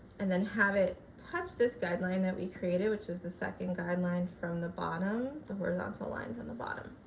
and then have it touch this guideline that we created, which is the second guideline from the bottom the horizontal line from the bottom